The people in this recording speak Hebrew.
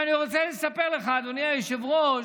אני רוצה לספר לך, אדוני היושב-ראש,